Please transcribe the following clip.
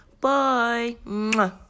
Bye